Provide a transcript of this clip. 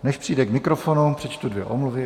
Než přijde k mikrofonu, přečtu dvě omluvy.